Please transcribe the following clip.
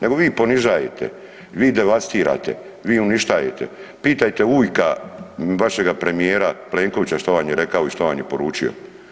Nego vi ponižajete, vi devastirate, vi uništajete, pitajte ujka, vašega premijera Plenkovića što vam je rekao i što vam je poručio.